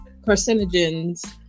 carcinogens